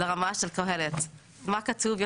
לרמה של קהלת, מה כתוב?